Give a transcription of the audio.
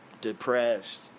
Depressed